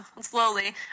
slowly